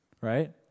right